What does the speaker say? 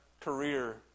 career